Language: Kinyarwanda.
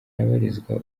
habarizwa